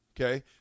okay